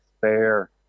fair